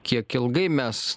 kiek ilgai mes